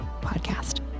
Podcast